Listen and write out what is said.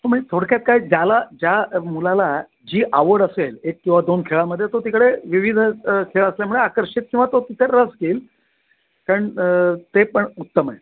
तर म्हणजे थोडक्यात काय ज्याला ज्या मुलाला जी आवड असेल एक किंवा दोन खेळामध्ये तो तिकडे विविध खेळ असल्यामुळे आकर्षित किंवा तो तिथे रस घेईल कारण ते पण उत्तम आहे